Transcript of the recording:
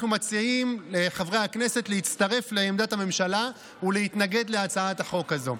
אנחנו מציעים לחברי הכנסת להצטרף לעמדת הממשלה ולהתנגד להצעת החוק הזו.